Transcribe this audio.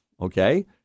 okay